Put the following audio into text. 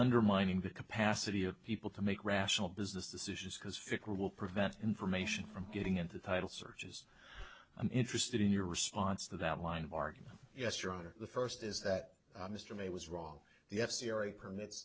undermining the capacity of people to make rational business decisions because figure will prevent information from getting into title searches i'm interested in your response to that line of argument yes your honor the first is that mr may was wrong the f series permits